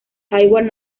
hayward